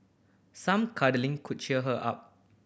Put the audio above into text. some cuddling could cheer her up